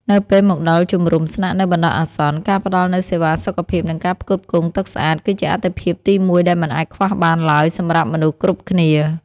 នៅពេលមកដល់ជំរំស្នាក់នៅបណ្តោះអាសន្ន ការផ្តល់នូវសេវាសុខភាព និងការផ្គត់ផ្គង់ទឹកស្អាត គឺជាអាទិភាពទីមួយដែលមិនអាចខ្វះបានឡើយសម្រាប់មនុស្សគ្រប់គ្នា។